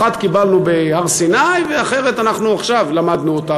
אחת קיבלנו בהר-סיני ואחרת אנחנו למדנו עכשיו,